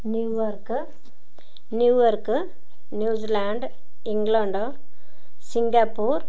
New York New York New Zealand England Singapore